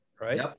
Right